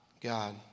God